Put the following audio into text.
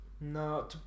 No